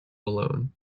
alone